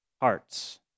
hearts